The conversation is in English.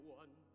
one